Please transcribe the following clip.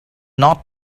not